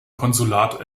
konsulat